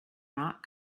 not